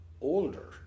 older